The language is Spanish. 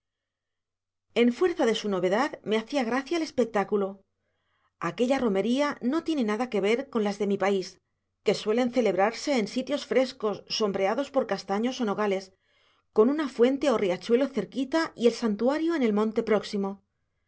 en fuerza de su novedad me hacía gracia el espectáculo aquella romería no tiene nada que ver con las de mi país que suelen celebrarse en sitios frescos sombreados por castaños o nogales con una fuente o riachuelo cerquita y el santuario en el monte próximo